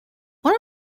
one